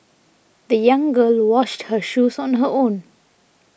the young girl washed her shoes on her own